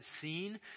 seen